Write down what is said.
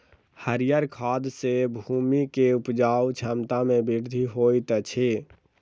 हरीयर खाद सॅ भूमि के उपजाऊ क्षमता में वृद्धि होइत अछि